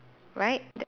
right that